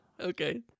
Okay